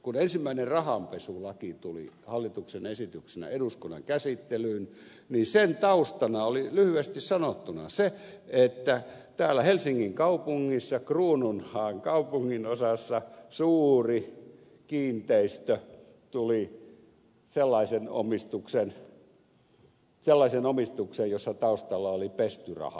kun ensimmäinen rahanpesulaki tuli hallituksen esityksenä eduskunnan käsittelyyn niin sen taustana oli lyhyesti sanottuna se että täällä helsingin kaupungissa kruununhaan kaupunginosassa suuri kiinteistö tuli sellaiseen omistukseen jossa taustalla oli pesty raha